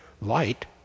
Light